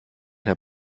herr